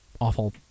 awful